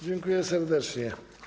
Dziękuję serdecznie.